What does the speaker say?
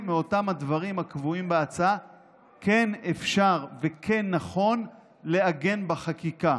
מאותם הדברים הקבועים בהצעה כן אפשר וכן נכון לעגן בחקיקה.